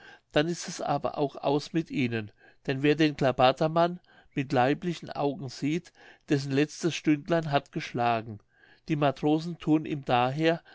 dann ist es aber auch aus mit ihnen denn wer den klabatermann mit leiblichen augen sieht dessen letztes stündlein hat geschlagen die matrosen thun ihm daher